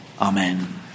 amen